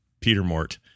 Petermort